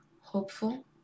hopeful